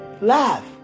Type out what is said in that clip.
Laugh